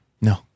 No